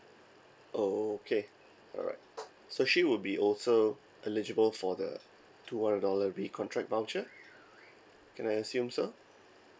okay alright so she will be also eligible for the two hundred dollar recontract voucher can I assume so